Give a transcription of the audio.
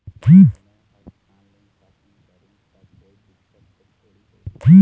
मैं हर online shopping करू ता कोई दिक्कत त थोड़ी होही?